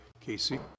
Casey